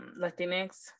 latinx